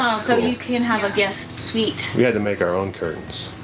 so you can have a guest suite. we had to make our own curtains.